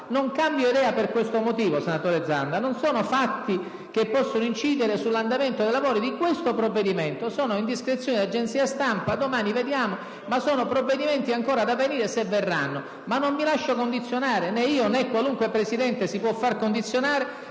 Non cambio idea per questo motivo, non sono fatti che possono incidere sull'andamento dei lavori di questo provvedimento. Si tratta - ripeto - di indiscrezioni di agenzie di stampa. Domani vedremo, ma sono provvedimenti ancora da venire, se verranno. Non mi lascio condizionare - né io né qualunque Presidente si può far condizionare